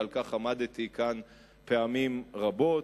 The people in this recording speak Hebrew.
ועל כך עמדתי כאן פעמים רבות.